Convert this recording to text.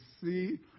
see